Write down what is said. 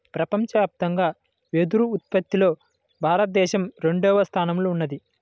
ప్రపంచవ్యాప్తంగా వెదురు ఉత్పత్తిలో భారతదేశం రెండవ స్థానంలో ఉన్నది